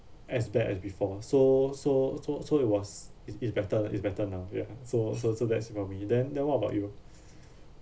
as bad as before so so so so it was is is better is better now ya so so so that's about me then then what about you